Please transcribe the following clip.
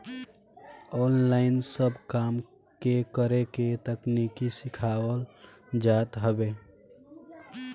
online सब काम के करे के तकनीकी सिखावल जात हवे